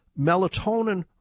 Melatonin